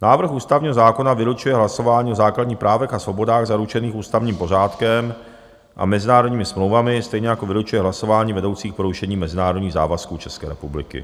Návrh ústavního zákona vylučuje hlasování o základních právech a svobodách zaručených ústavním pořádkem a mezinárodními smlouvami, stejně jako vylučuje hlasování vedoucí k porušení mezinárodních závazků České republiky.